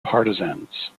partisans